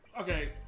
okay